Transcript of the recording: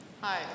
Hi